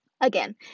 again